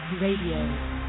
Radio